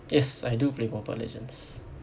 yes I do play Mobile Legends